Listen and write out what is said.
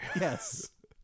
Yes